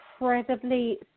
incredibly